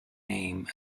name